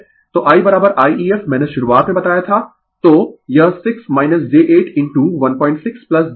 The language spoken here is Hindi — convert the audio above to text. तो I I ef मैंने शुरुआत में बताया था तो यह 6 j 8 इनटू 16 j 72 है